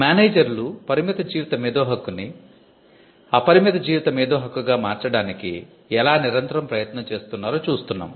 మేనేజర్లు పరిమిత జీవిత మేధో హక్కుని అపరిమిత జీవిత మేధో హక్కుగా మార్చడానికి ఎలా నిరంతరం ప్రయత్నం చేస్తున్నారో చూస్తున్నాం